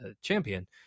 champion